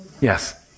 Yes